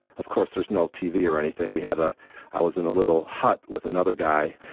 of course, there's no tv or anything. we had a i was in a little hut with another guy.